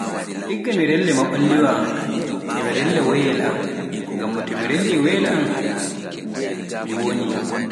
Igga mi rella maɓalliwa am, e mi rella woyayel am, ngamma to mi rellii woyayel am, mi wonii.